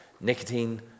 nicotine